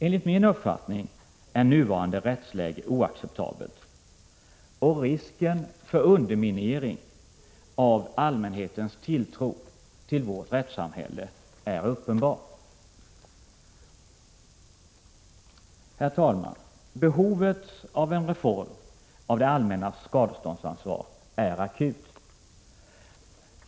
Enligt min uppfattning är nuvarande rättsläge oacceptabelt, och risken för underminering av allmänhetens tilltro till vårt rättssamhälle är uppenbar. Herr talman! Behovet av en reform av det allmännas skadeståndsansvar är akut.